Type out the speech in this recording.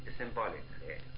symbolically